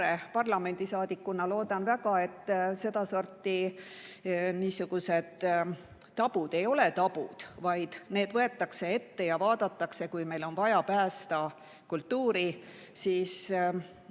parlamendiliikmena loodan väga, et sedasorti tabud ei ole tabud, vaid need võetakse ette ja vaadatakse, et kui meil on vaja päästa kultuuri, siis